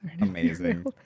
amazing